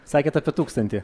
sakėt apie tūkstantį